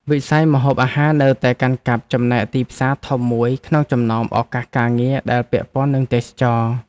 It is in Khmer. វិស័យម្ហូបអាហារនៅតែកាន់កាប់ចំណែកទីផ្សារធំមួយក្នុងចំណោមឱកាសការងារដែលពាក់ព័ន្ធនឹងទេសចរណ៍។